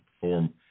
perform